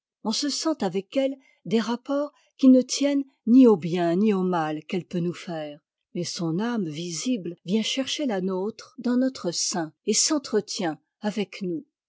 on se sent avec elle des rapports qui ne tiennent ni au bien ni au mal qu'eiie peut nous faire mais son âme visible vient chercher la nôtre dans notre sein et s'entretient avec nous